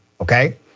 okay